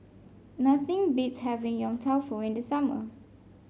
nothing beats having Yong Tau Foo in the summer